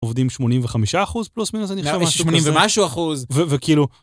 עובדים 85 אחוז, פלוס מינוס, אני חושב. יש 80 ומשהו אחוז. וכאילו...